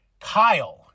Kyle